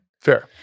Fair